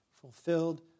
fulfilled